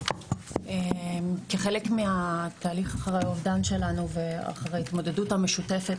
כחלק מתהליך לאחר האובדן שלנו ולאחר ההתמודדות המשותפת,